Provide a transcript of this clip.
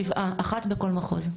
שבע, אחת בכל מחוז.